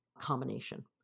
combination